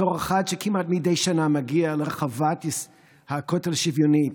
בתור אחד שכמעט מדי שנה מגיע לרחבת הכותל השוויונית,